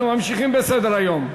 אנחנו ממשיכים בסדר-היום.